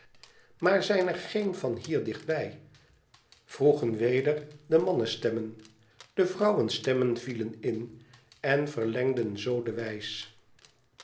maar zijn er geen van hier dicht bij vroegen weder de mannenstemmen de vrouwenstemmen vielen in en verlengden zoo de wijs